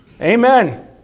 Amen